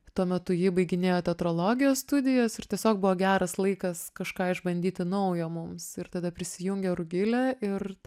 tuo metu ji baiginėjo teatrologijos studijas ir tiesiog buvo geras laikas kažką išbandyti naujo mums ir tada prisijungė rugilė ir